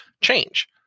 change